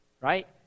right